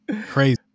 Crazy